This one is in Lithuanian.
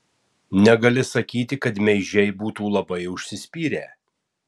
negali sakyti kad meižiai būtų labai užsispyrę